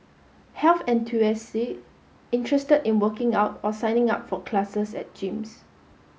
health interested in working out or signing up for classes at gyms